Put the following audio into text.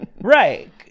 Right